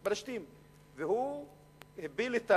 הפלסטינים זה הפלישתים?